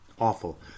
Awful